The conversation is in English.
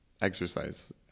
exercise